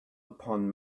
upon